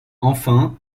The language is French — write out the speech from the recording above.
enfin